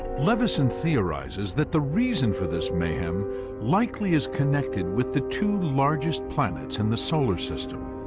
levison theorizes that the reason for this mayhem likely is connected with the two largest planets in the solar system.